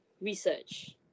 Research